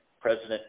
president